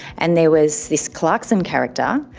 and there was this clarkson character,